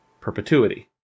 perpetuity